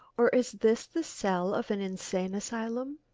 or is this the cell of an insane asylum?